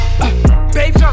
Babe